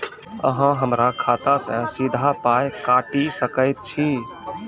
अहॉ हमरा खाता सअ सीधा पाय काटि सकैत छी?